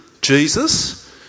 Jesus